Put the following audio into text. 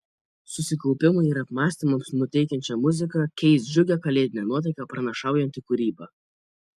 susikaupimui ir apmąstymams nuteikiančią muziką keis džiugią kalėdinę nuotaiką pranašaujanti kūryba